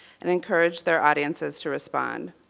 and encourage their audiences to respond.